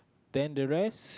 then the rest